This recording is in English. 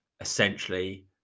essentially